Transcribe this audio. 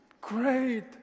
great